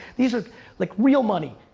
these are like real money.